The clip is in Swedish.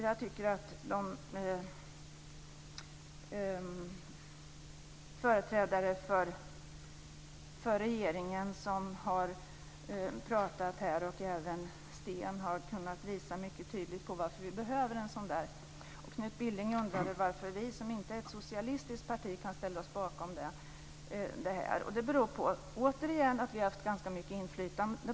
Jag tycker att företrädare för regeringen som har pratat här och även Sten har kunnat visa mycket tydligt på varför vi behöver ett sådant förslag. Knut Billing undrade varför vi som inte är ett socialistiskt parti kan ställa oss bakom det. Det beror återigen på att vi har haft ganska mycket inflytande.